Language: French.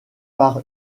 par